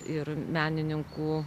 ir menininkų